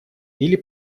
или